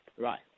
Right